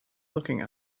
looking